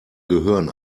gehören